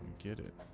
get it